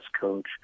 coach